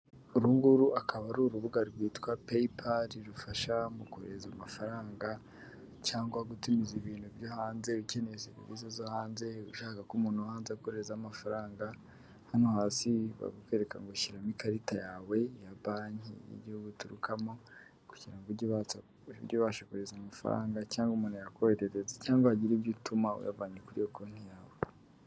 Ubu ngubu akaba ari urubuga rwitwa Payipalil rugufasha mu kohereza amafaranga cyangwa gutumiza ibintu byo hanze ukeneye serivisi zo hanze ushaka ko umuntu hanze akoreshareza amafaranga, hano hasi bakwereka shyiramo ikarita yawe ya banki y'igihugu uturukamo kugira ngo ujye ubasha koguhereza amafaranga cyangwa umuntu yakoherereza cyangwa hagire ibyo utuma uyavanye kuri iyo konti yawe.